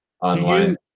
online